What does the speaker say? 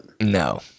No